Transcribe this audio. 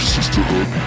Sisterhood